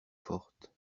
fortes